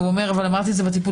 האם בטיפול